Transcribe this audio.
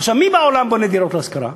עכשיו, מי בעולם בונה דירות להשכרה?